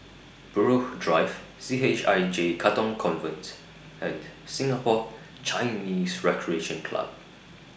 Buroh Drive C H I J Katong Convent and Singapore Chinese Recreation Club